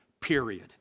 period